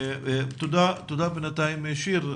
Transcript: תודה, שיר.